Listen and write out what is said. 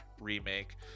remake